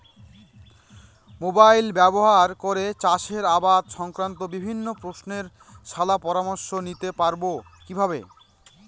Mobile ব্যাবহার করে চাষের আবাদ সংক্রান্ত বিভিন্ন প্রশ্নের শলা পরামর্শ নিতে পারবো কিভাবে?